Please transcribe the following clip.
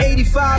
85